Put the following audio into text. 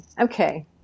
Okay